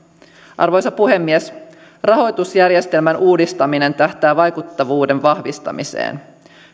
arvoisa puhemies rahoitusjärjestelmän uudistaminen tähtää vaikuttavuuden vahvistamiseen